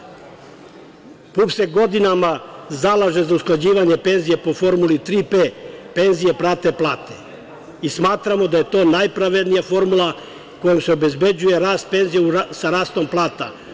Partija ujedinjenih penzionera Srbije se godinama zalaže za usklađivanje penzija po formuli 3P - penzije prate plate, i smatramo da je to najpravednija formula kojom se obezbeđuje rast penzija sa rastom plata.